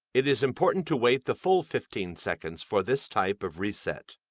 it is important to wait the full fifteen seconds for this type of reset.